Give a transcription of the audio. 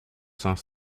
cinq